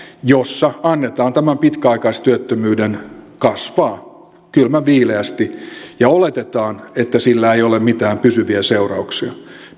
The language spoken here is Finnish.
jossa annetaan tämän pitkäaikaistyöttömyyden kasvaa kylmän viileästi ja oletetaan että sillä ei ole mitään pysyviä seurauksia